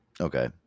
okay